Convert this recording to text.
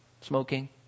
Smoking